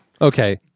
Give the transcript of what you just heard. Okay